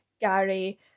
Gary